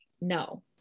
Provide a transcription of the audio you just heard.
no